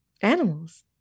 animals